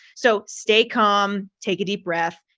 so stay calm, take a deep breath.